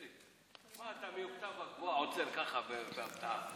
אלי, תשמע, אתה, עוצר ככה, בהפתעה.